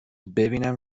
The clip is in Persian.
ببینم